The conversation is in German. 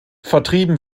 vertrieben